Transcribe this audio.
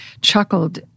chuckled